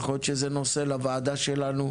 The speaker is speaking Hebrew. יכול להיות שזה נושא לוועדה שלנו,